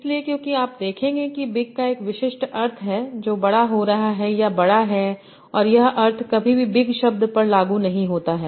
इसलिए क्योंकि आप देखेंगे कि बिगका एक बहुत विशिष्ट अर्थ है जो बड़ा हो रहा है या बड़ा है और यह अर्थ कभी भी बिग शब्द पर लागू नहीं होता है